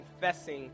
confessing